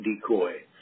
decoy